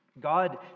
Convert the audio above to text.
God